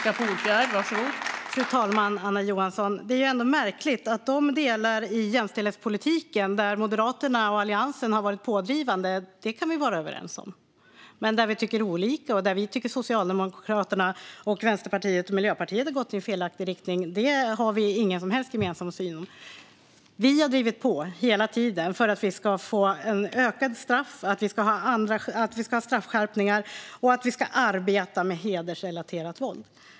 Fru talman! Det är märkligt, Anna Johansson, att i de delar i jämställdhetspolitiken där Moderaterna och Alliansen har varit pådrivande kan vi vara överens, men där vi tycker att Socialdemokraterna, Vänsterpartiet och Miljöpartiet har gått i fel riktning har vi ingen som helst gemensam syn. Vi har drivit på hela tiden för straffskärpningar och att vi ska arbeta med hedersrelaterat våld.